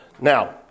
Now